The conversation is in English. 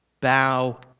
bow